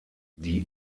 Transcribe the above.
die